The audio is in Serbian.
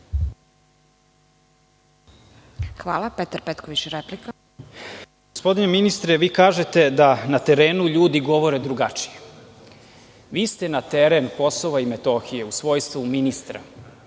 **Petar Petković** Gospodine ministre, vi kažete da na terenu ljudi govore drugačije. Vi ste na teren Kosova i Metohije u svojstvu ministra,